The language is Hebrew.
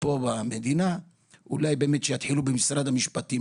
במדינת ישראל במשרד המשפטים.